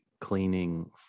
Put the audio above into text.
cleaning